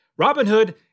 Robinhood